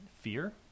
fear